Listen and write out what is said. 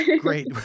great